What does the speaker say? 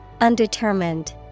Undetermined